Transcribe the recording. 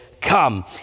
come